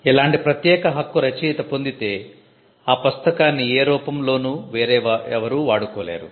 ఇలాంటి ప్రత్యేక హక్కు రచయిత పొందితే ఆ పుస్తకాన్ని ఏ రూపంలోనూ వేరే ఎవరు వాడుకోలేరు